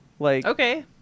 Okay